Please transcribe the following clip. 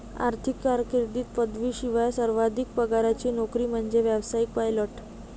आर्थिक कारकीर्दीत पदवीशिवाय सर्वाधिक पगाराची नोकरी म्हणजे व्यावसायिक पायलट